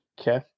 Okay